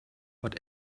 but